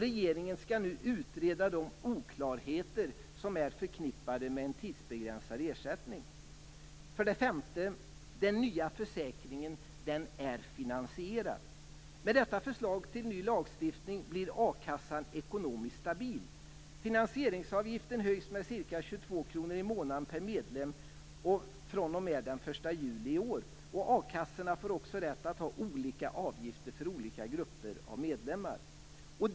Regeringen skall nu utreda de oklarheter som är förknippade med en tidsbegränsad ersättning. För det femte är den nya försäkringen finansierad. Med detta förslag till ny lagstiftning blir a-kassan ekonomiskt stabil. Finansieringsavgiften höjs med ca kassorna får också rätt att ha olika avgifter för olika grupper av medlemmar.